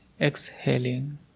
exhaling